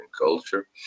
culture